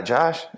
Josh